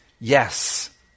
yes